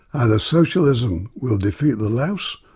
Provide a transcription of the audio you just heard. either socialism will defeat the louse,